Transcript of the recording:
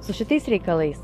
su šitais reikalais